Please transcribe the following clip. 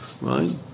Right